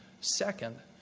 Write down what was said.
second